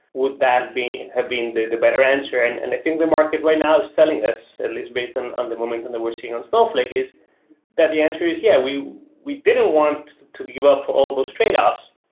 would that have been the the better answer? and and i think the market right now is telling us, at least based and on the momentum that we're seeing on snowflake, is that the answer is, yeah, we we didn't want to give up all of those tradeoffs.